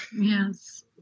Yes